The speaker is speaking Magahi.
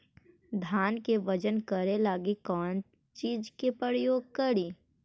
धान के बजन करे लगी कौन चिज के प्रयोग करि?